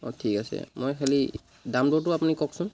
অঁ ঠিক আছে মই খালী দাম দৰটো আপুনি কওকচোন